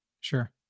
Sure